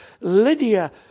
Lydia